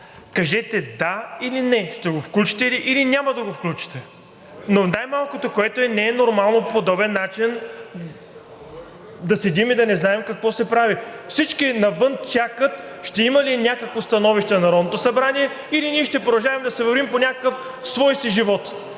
кажете: да или не, ще го включите ли, или няма да го включите? Но най-малкото, което е, не е нормално по подобен начин да седим и да не знаем какво се прави. Всички навън чакат ще има ли някакво становище на Народното събрание, или ние ще продължаваме да си вървим по някакъв свой си живот,